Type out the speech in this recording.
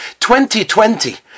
2020